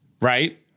right